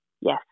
Yes